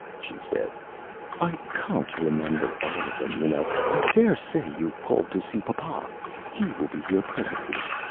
she said i cahn't remember all of them, you know. i dare say you called to see pu-pah he will be here presently.